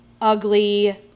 ugly